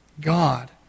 God